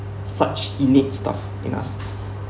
such in need stuff in us